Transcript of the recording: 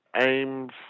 aims